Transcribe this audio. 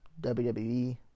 WWE